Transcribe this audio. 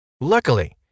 Luckily